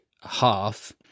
half